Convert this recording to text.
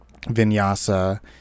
vinyasa